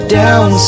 down